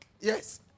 Yes